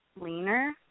leaner